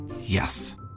Yes